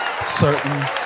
Certain